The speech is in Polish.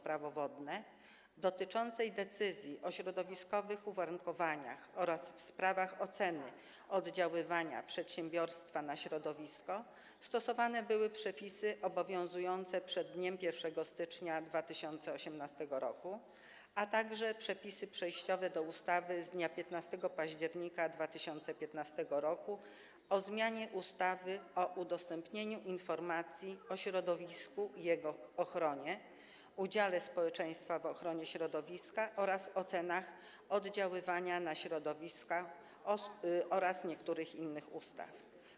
Prawo wodne dotyczących decyzji o środowiskowych uwarunkowaniach oraz w sprawach oceny oddziaływania przedsiębiorstwa na środowisko stosowane były przepisy obowiązujące przed dniem 1 stycznia 2018 r., a także przepisy przejściowe do ustawy z dnia 15 października 2015 r. o zmianie ustawy o udostępnianiu informacji o środowisku i jego ochronie, udziale społeczeństwa w ochronie środowiska oraz o ocenach oddziaływania na środowisko oraz niektórych innych ustaw.